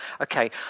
okay